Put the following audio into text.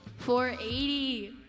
480